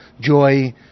joy